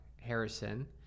Harrison